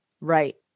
Right